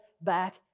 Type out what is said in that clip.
back